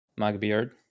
Magbeard